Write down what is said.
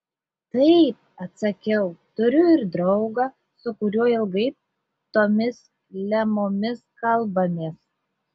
taip atsakiau turiu ir draugą su kuriuo ilgai tomis lemomis kalbamės